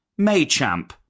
Maychamp